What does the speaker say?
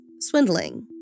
swindling